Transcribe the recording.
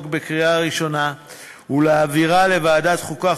בקריאה ראשונה ולהעבירה לוועדת החוקה,